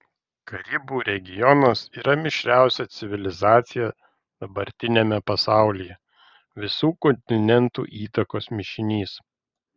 karibų regionas yra mišriausia civilizacija dabartiniame pasaulyje visų kontinentų įtakos mišinys